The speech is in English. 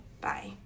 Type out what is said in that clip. Bye